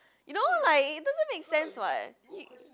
you know like it doesn't make sense [what]